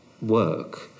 work